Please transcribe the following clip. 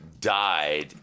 died